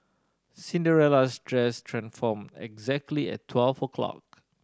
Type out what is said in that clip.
Cinderella's dress transformed exactly at twelve o' clock